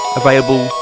available